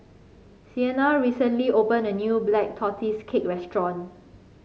Siena recently opened a new Black Tortoise Cake restaurant